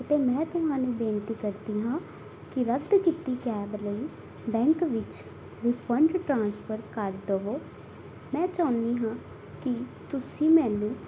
ਅਤੇ ਮੈਂ ਤੁਹਾਨੂੰ ਬੇਨਤੀ ਕਰਦੀ ਹਾਂ ਕਿ ਰੱਦ ਕੀਤੀ ਕੈਬ ਲਈ ਬੈਂਕ ਵਿੱਚ ਰਿਫੰਡ ਟ੍ਰਾਂਸਫਰ ਕਰ ਦਿਉ ਮੈਂ ਚਾਹੁੰਦੀ ਹਾਂ ਕਿ ਤੁਸੀਂ ਮੈਨੂੰ